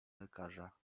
lekarza